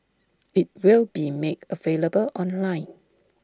IT will be made available online